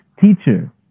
teacher